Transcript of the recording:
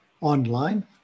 online